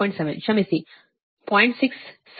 6 ಆದ್ದರಿಂದ Tanφ0